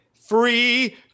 free